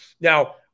Now